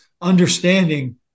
understanding